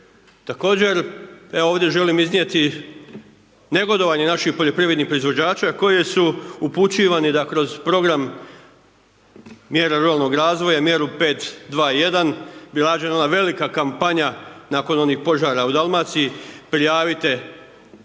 Također, evo ovdje želim iznijeti negodovanje naših poljoprivrednih proizvođača koji su upućivani da kroz program mjera ruralnog razvoja i mjeru 5.2.1. bila rađena ona velika kampanja nakon onih požara u Dalmaciji, prijavite